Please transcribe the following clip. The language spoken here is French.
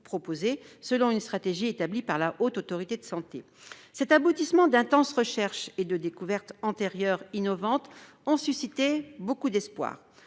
selon une stratégie établie par la Haute Autorité de santé (HAS). Cet aboutissement d'intenses recherches et de découvertes antérieures innovantes a suscité beaucoup d'espoir.